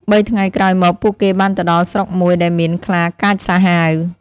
បីថ្ងៃក្រោយមក ពួកគេបានទៅដល់ស្រុកមួយដែលមានខ្លាកាចសាហាវ ។